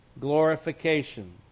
glorification